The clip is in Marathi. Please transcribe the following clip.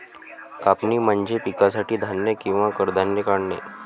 कापणी म्हणजे पिकासाठी धान्य किंवा कडधान्ये काढणे